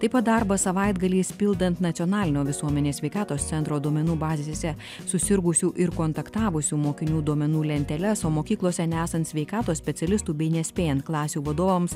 taip pat darbą savaitgaliais pildant nacionalinio visuomenės sveikatos centro duomenų bazėse susirgusių ir kontaktavusių mokinių duomenų lenteles o mokyklose nesant sveikatos specialistų bei nespėjant klasių vadovams